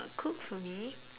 cook for me